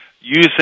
Using